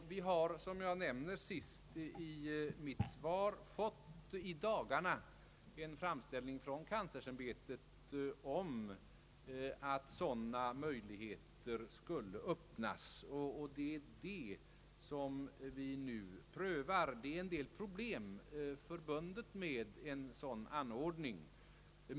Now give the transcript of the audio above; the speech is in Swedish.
Vi har, såsom jag nämner sist i mitt svar, i dagarna fått en framställning från universitetsmyndigheterna om att sådana möjligheter skulle skapas. Det är detta som vi nu prövar. Det är en del problem förbundna med en sådan anordning.